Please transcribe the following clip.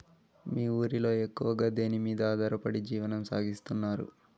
మీ ఊరిలో ఎక్కువగా దేనిమీద ఆధారపడి జీవనం సాగిస్తున్నారు?